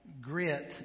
Grit